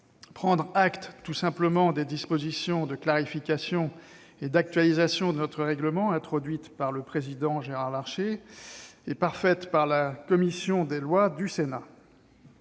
prendre acte des dispositions de clarification et d'actualisation de notre règlement, introduites par le président Gérard Larcher et parfaites par la commission des lois du Sénat.